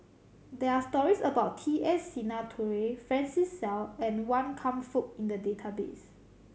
there are stories about T S Sinnathuray Francis Seow and Wan Kam Fook in the database